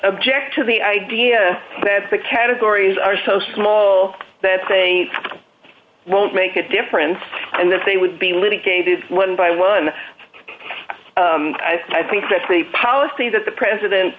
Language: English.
object to the idea that the categories are so small that they won't make a difference and that they would be litigated one by one i think that's the policy that the president